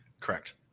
Correct